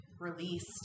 released